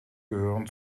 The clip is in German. gehören